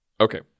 Okay